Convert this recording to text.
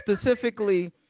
specifically